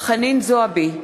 חנין זועבי,